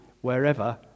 wherever